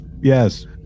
yes